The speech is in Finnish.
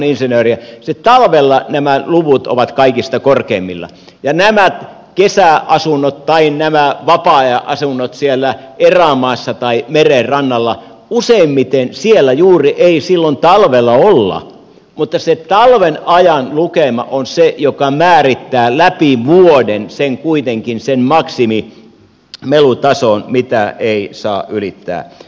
sitten talvella nämä luvut ovat kaikista korkeimmillaan ja näissä kesäasunnoissa tai näissä vapaa ajan asunnoissa siellä erämaassa tai meren rannalla ei useimmiten juuri silloin talvella olla mutta se talven ajan lukema on se joka määrittää läpi vuoden kuitenkin sen maksimimelutason mitä ei saa ylittää